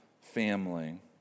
family